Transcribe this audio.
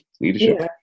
leadership